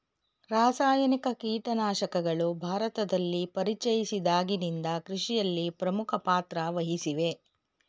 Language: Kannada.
ರಾಸಾಯನಿಕ ಕೀಟನಾಶಕಗಳು ಭಾರತದಲ್ಲಿ ಪರಿಚಯಿಸಿದಾಗಿನಿಂದ ಕೃಷಿಯಲ್ಲಿ ಪ್ರಮುಖ ಪಾತ್ರ ವಹಿಸಿವೆ